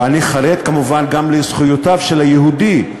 ואני חרד כמובן גם לזכויותיו של היהודי,